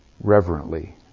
reverently